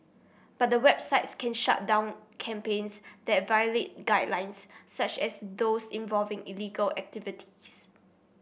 but the websites can shut down campaigns that violate guidelines such as those involving illegal activities